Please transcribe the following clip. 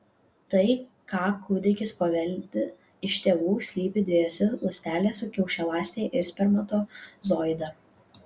tai ką kūdikis paveldi iš tėvų slypi dviejose ląstelėse kiaušialąstėje ir spermatozoide